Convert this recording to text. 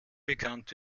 bekannt